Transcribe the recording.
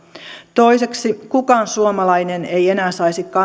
toiseksi kukaan suomalainen ei enää saisi